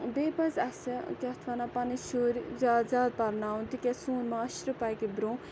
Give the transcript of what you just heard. بییٚہِ پَزِ اَسہِ کیا اَتھ وَنان پَنٕنۍ شُرۍ زیاد زیاد پَرناوُن تکیاز سون معاشرٕ پَکہِ برونٛہہ